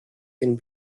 den